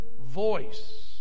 voice